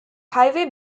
highway